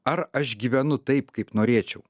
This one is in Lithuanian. ar aš gyvenu taip kaip norėčiau